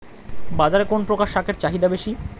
বাজারে কোন প্রকার শাকের চাহিদা বেশী?